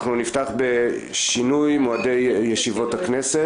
אנחנו נפתח בשינוי ישיבות הכנסת.